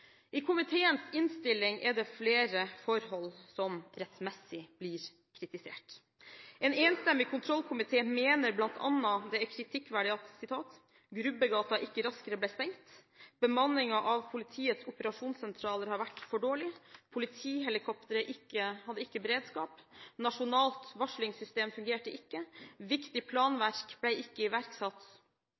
I komiteens innstilling er det flere forhold som rettmessig blir kritisert. En enstemmig kontrollkomité mener bl.a. det er kritikkverdig at Grubbegata ikke raskere ble stengt, at bemanningen av politiets operasjonssentraler har vært for dårlig, at politihelikopteret ikke hadde beredskap, at nasjonalt varslingssystem ikke fungerte, at viktig planverk ikke ble iverksatt